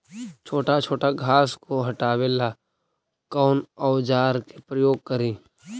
छोटा छोटा घास को हटाबे ला कौन औजार के प्रयोग करि?